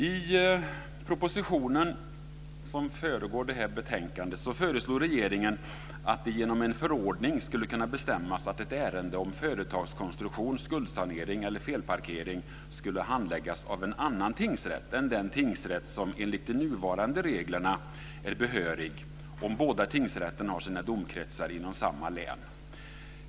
I propositionen som föregår det här betänkandet förelår regeringen att det genom en förordning skulle kunna bestämmas att ett ärende om företagsrekonstruktion, skuldsanering eller felparkering skulle handläggas av en annan tingsrätt än den som enligt de nuvarande reglerna är behörig om båda tingsrätterna har sina domkretsar inom samma län.